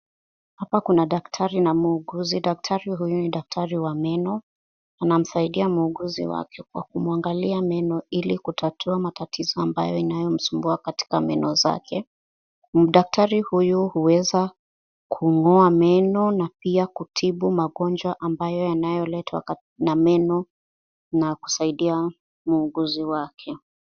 Hapa kuna daktari na muuguzi. Daktari huyu ni daktari wa meno, anamsaidia muuguzi wake kwa kumwaangalia meno, ili kutatua matatizo ambayo inamsumbua katika meno zake na daktari huyu huweza kung'oa meno na pia kutibu magonjwa ambayo yanayoletwa na meno na kusaidia muuguzi wake.